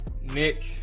Nick